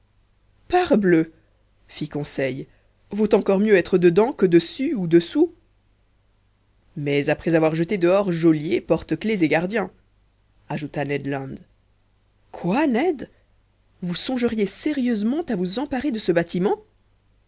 parbleu fit conseil vaut encore mieux être dedans que dessus ou dessous mais après avoir jeté dehors geôliers porte-clefs et gardiens ajouta ned land quoi ned vous songeriez sérieusement à vous emparer de ce bâtiment